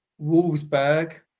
Wolfsburg